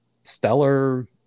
stellar